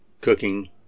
cooking